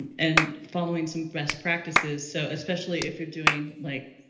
and following some best practices so especially if you're doing like,